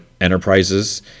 Enterprises